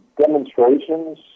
Demonstrations